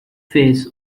face